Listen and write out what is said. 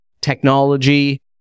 technology